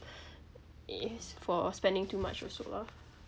it is for spending too much also lah